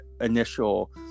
initial